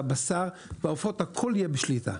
הבשר והעופות הכל יהיה בשליטה.